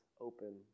open